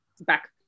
back